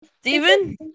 Steven